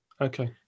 okay